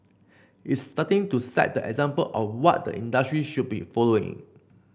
it's starting to set the example of what the industry should be following